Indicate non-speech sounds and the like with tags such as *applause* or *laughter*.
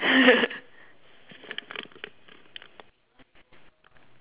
*laughs*